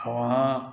आब अहाँ